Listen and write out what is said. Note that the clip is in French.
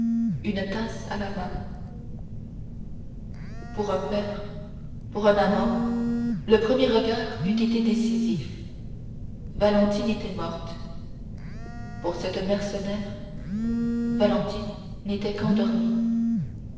une tasse à la main pour un père pour un amant le premier regard eût été décisif valentine était morte pour cette mercenaire valentine n'était qu'endormie